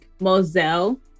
moselle